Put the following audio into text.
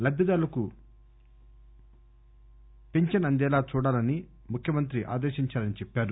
లబ్దిదారులందరికీ పింఛన్ అందేలా చూడాలని ముఖ్యమంత్రి ఆదేశించారని చెప్పారు